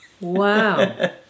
Wow